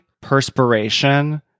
perspiration